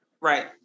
Right